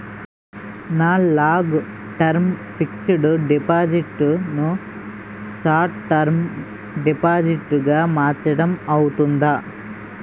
నా long term fixed deposit ను short term deposit గా మార్చటం అవ్తుందా?